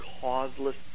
causeless